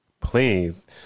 please